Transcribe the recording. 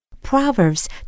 Proverbs